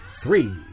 three